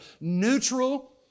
Neutral